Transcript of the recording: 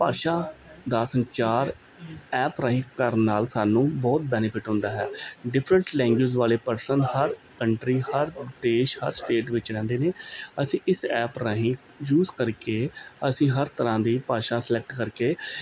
ਭਾਸ਼ਾ ਦਾ ਸੰਚਾਰ ਐਪ ਰਾਹੀਂ ਕਰਨ ਨਾਲ ਸਾਨੂੰ ਬਹੁਤ ਬੈਨੀਫਿਟ ਹੁੰਦਾ ਹੈ ਡਿਫਰੈਂਟ ਲੈਂਗੁਏਜ ਵਾਲੇ ਪ੍ਰਸ਼ਨ ਹਰ ਕੰਟਰੀ ਹਰ ਦੇਸ਼ ਹਰ ਸਟੇਟ ਵਿੱਚ ਰਹਿੰਦੇ ਨੇ ਅਸੀਂ ਇਸ ਐਪ ਰਾਹੀਂ ਯੂਜ ਕਰਕੇ ਅਸੀਂ ਹਰ ਤਰ੍ਹਾਂ ਦੀ ਭਾਸ਼ਾ ਸਲੈਕਟ ਕਰਕੇ